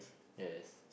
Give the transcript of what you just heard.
yes